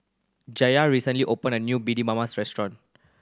Jaye recently opened a new restaurant